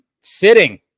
sitting